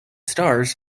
stars